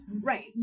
Right